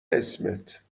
اسمت